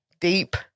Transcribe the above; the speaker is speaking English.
Deep